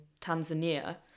Tanzania